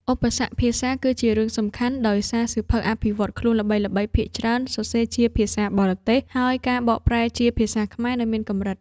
ឧបសគ្គភាសាក៏ជារឿងសំខាន់ ដោយសារសៀវភៅអភិវឌ្ឍខ្លួនល្បីៗភាគច្រើនសរសេរជាភាសាបរទេស ហើយការបកប្រែជាភាសាខ្មែរនៅមានកម្រិត។